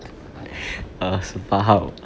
err 十八号